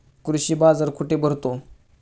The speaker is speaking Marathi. कृषी बाजार कुठे भरतो?